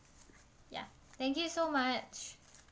ya thank you so much